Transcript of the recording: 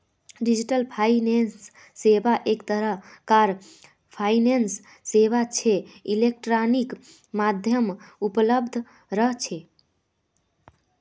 digital finance सेवा एक तरह कार फाइनेंस सेवा छे इलेक्ट्रॉनिक माध्यमत उपलब्ध रह छे